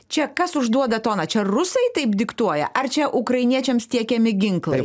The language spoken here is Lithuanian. čia kas užduoda toną čia rusai taip diktuoja ar čia ukrainiečiams tiekiami ginklai